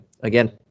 Again